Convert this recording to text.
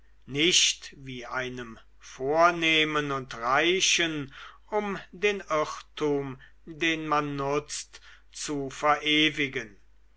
nicht wie einem vornehmen und reichen um den irrtum den man nutzt zu verewigen